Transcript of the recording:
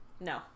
No